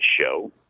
show